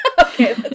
Okay